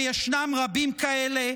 וישנם רבים כאלה.